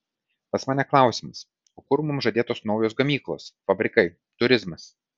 pas mane klausimas o kur mums žadėtos naujos gamyklos fabrikai turizmas